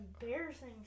embarrassing